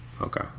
okay